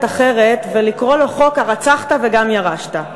אחרת ולקרוא לו: חוק הרצחת וגם ירשת.